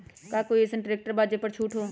का कोइ अईसन ट्रैक्टर बा जे पर छूट हो?